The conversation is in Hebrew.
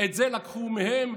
את זה לקחו מהם.